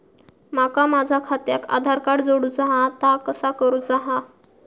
माका माझा खात्याक आधार कार्ड जोडूचा हा ता कसा करुचा हा?